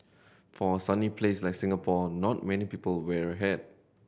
for a sunny place like Singapore not many people wear a hat